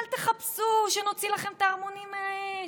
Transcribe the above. אל תחפשו שנוציא לכם את הערמונים מהאש.